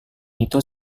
itu